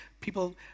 people